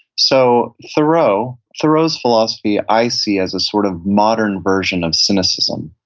so thoreau's thoreau's philosophy i see as a sort of modern version of cynicism.